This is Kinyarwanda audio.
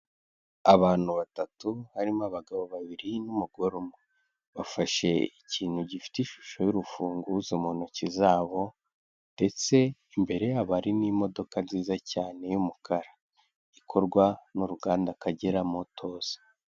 Abantu batatu harimo abagabo babiri n'umugore umwe. Bafashe ikintu gifite ishusho y'urufunguzo mu ntoki zabo ndetse imbere yabo hari n'imodoka nziza cyane y'umukara. Ikorwa n'uruganda Akagera Motos.